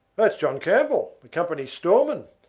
that's john campbell, the company's storeman.